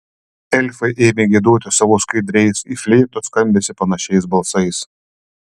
elfai ėmė giedoti savo skaidriais į fleitos skambesį panašiais balsais